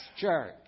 church